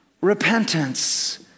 repentance